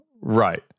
Right